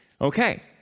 Okay